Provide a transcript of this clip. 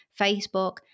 Facebook